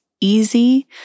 easy